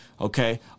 Okay